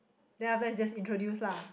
then after that just introduce lah